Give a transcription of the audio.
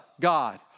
God